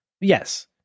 yes